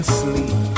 sleep